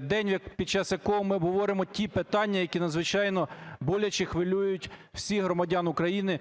День, під час якого ми обговоримо ті питання, які надзвичайно боляче хвилюють всіх громадян України